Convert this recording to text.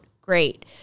great